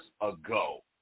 ago